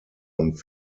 und